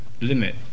limit